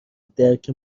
درک